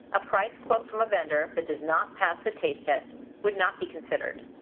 a price quote from a vendor that does not pass the taste test would not be considered.